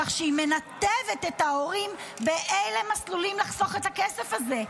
כך שהיא מנתבת את ההורים באילו מסלולים לחסוך את הכסף הזה,